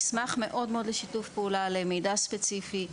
נשמח מאוד לשיתוף פעולה, למידע ספציפי.